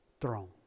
throne